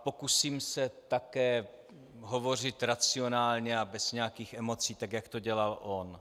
Pokusím se také hovořit racionálně a bez nějakých emocí, tak jak to dělal on.